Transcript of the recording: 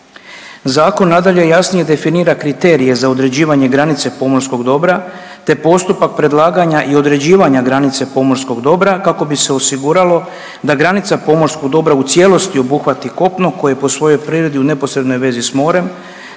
Zakon nadalje jasnije definira kriterije za određivanje granice pomorskog dobra te postupak predlaganja i određivanja granice pomorskog dobra kako bi se osiguralo da granica pomorskog dobra u cijelosti obuhvati kopno koje je po svojoj prirodi u neposrednoj vezi s morem